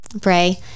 pray